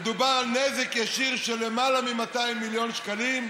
ומדובר על נזק ישיר של למעלה מ-200 מיליון שקלים,